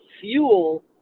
fuel